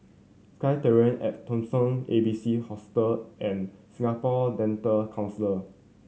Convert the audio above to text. SkyTerrace at Dawson A B C Hostel and Singapore Dental